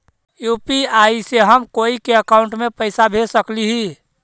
UPI से हम कोई के अकाउंट में पैसा भेज सकली ही?